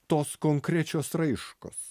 tos konkrečios raiškos